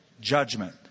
Judgment